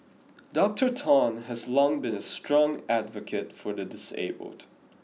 Doctor Tan has long been a strong advocate for the disabled